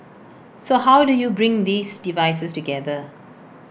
so how do you bring these devices together